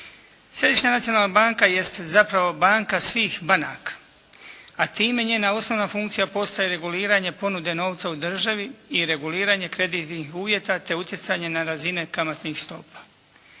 Središnja nacionalna banka jest zapravo banka svih banaka, a time njena osnovna funkcija postaje reguliranje ponude novca u državi i reguliranje kreditnih uvjeta te utjecanje na razine kamatnih stopa.